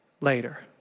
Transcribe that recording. later